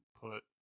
put